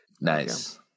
Nice